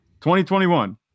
2021